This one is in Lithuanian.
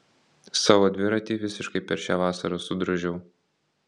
savo dviratį visiškai per šią vasarą sudrožiau